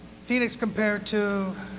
phoenix compared to